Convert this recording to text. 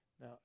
Now